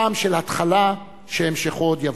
טעם של התחלה, שהמשכו עוד יבוא.